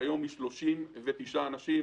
והיום היא מונה 39 אנשים,